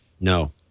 No